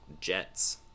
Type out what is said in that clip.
Jets